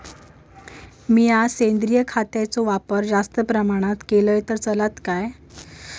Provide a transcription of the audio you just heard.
मीया सेंद्रिय खताचो वापर जास्त प्रमाणात केलय तर चलात काय?